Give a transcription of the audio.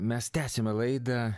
mes tęsiame laidą